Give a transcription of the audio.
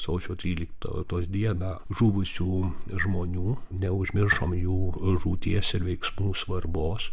sausio tryliktos dieną žuvusių žmonių neužmiršom jų žūties ir veiksmų svarbos